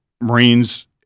Marines